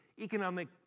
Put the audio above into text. economic